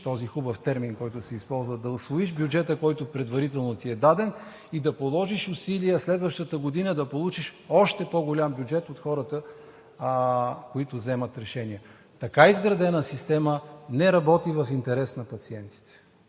този хубав термин, който се използва – да усвоиш бюджета, който предварително ти е даден, и да положиш усилия следващата година да получиш още по-голям бюджет от хората, които взимат решения. Така изградена система не работи в интерес на пациентите.